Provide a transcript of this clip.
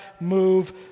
move